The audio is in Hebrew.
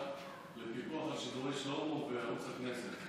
לפיקוח על שידורי שלמה בערוץ הכנסת,